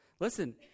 Listen